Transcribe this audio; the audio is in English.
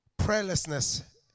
Prayerlessness